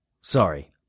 Sorry